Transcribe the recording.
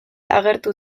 agertu